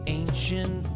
ancient